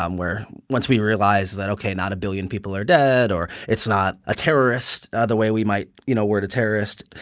um where once we realize that, ok, not a billion people are dead, or it's not a terrorist the way we might, you know, word a terrorist,